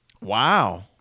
Wow